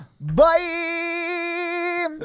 Bye